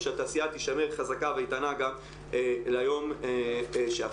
שהתעשייה תישמר חזקה ואיתנה גם ליום שאחרי.